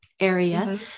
area